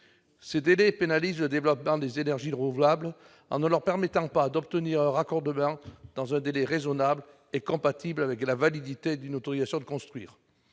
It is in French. Ces délais pénalisent le développement des énergies renouvelables dans la mesure où il n'est pas possible d'obtenir un raccordement dans un délai raisonnable et compatible avec la validité d'une autorisation de construire.